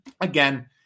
again